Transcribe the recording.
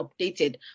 updated